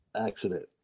accident